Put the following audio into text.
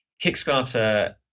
Kickstarter